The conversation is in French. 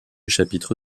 chapitre